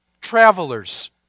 travelers